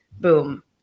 boom